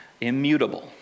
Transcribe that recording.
immutable